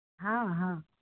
हॅं हॅं